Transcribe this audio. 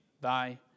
thy